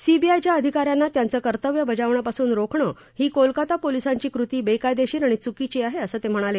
सीबीआयच्या अधिका यांना त्यांचं कर्तव्य बजावण्यापासून रोखणं ही कोलकाता पोलीसांची कृती बेकायदेशीर आणि चुकीची आहे असं ते म्हणाले